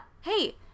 Hey